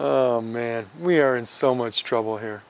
man we are in so much trouble here